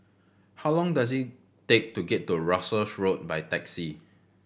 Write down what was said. how long does it take to get to Russels Road by taxi